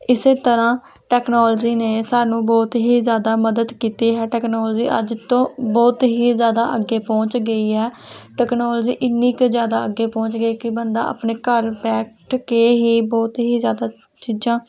ਇਸ ਤਰ੍ਹਾਂ ਟੈਕਨੋਲਜੀ ਨੇ ਸਾਨੂੰ ਬਹੁਤ ਹੀ ਜ਼ਿਆਦਾ ਮਦਦ ਕੀਤੀ ਹੈ ਟੈਕਨੋਲਜੀ ਅੱਜ ਤੋਂ ਬਹੁਤ ਹੀ ਜ਼ਿਆਦਾ ਅੱਗੇ ਪਹੁੰਚ ਗਈ ਹੈ ਟੈਕਨੋਲਜੀ ਇੰਨੀ ਕੁ ਜ਼ਿਆਦਾ ਅੱਗੇ ਪਹੁੰਚ ਗਈ ਕਿ ਬੰਦਾ ਆਪਣੇ ਘਰ ਬੈਠ ਕੇ ਹੀ ਬਹੁਤ ਹੀ ਜ਼ਿਆਦਾ ਚੀਜ਼ਾਂ